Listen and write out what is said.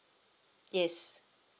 yes